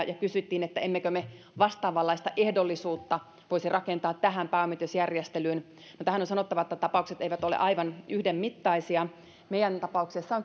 ja kysyttiin emmekö me vastaavanlaista ehdollisuutta voisi rakentaa tähän pääomitusjärjestelyyn no tähän on sanottava että tapaukset eivät ole aivan yhdenmittaisia meidän tapauksessamme